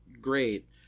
great